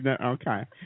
Okay